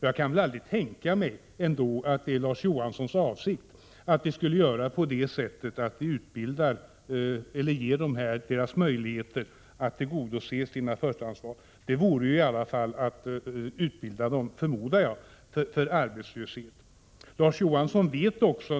Jag kan inte tänka mig att det är Larz Johanssons avsikt att vi skall ge alla dessa möjlighet att tillgodose sina förstahandsval. Det vore att utbilda dem för arbetslöshet, förmodar jag.